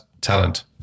talent